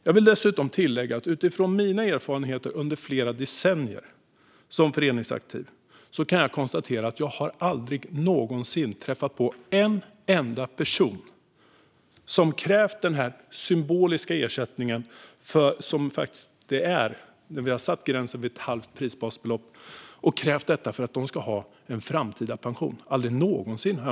Låt mig tillägga att jag under mina flera decennier som föreningsaktiv aldrig någonsin träffat har på en enda person som krävt denna symboliska ersättning på max ett halvt prisbasbelopp som underlag för sin framtida pension.